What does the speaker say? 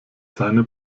seine